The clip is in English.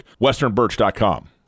westernbirch.com